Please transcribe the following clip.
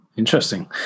Interesting